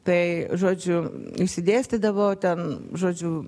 tai žodžiu išsidėstydavo ten žodžiu